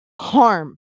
harm